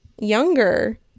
younger